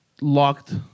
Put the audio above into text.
locked